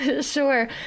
Sure